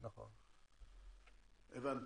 נכון,